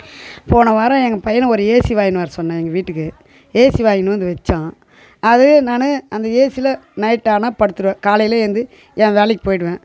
போன வாரம் எங்கள் பையனை ஒரு ஏசி வாங்கினு வர சொன்னேன் எங்கள் வீட்டுக்கு ஏசி வாங்கினு வந்து வைச்சான் அதுலேயே நான் அந்த ஏசியில் நைட் ஆனால் படுத்துடுவேன் காலையில் எழுந்து என் வேலைக்கு போய்விடுவேன்